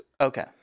Okay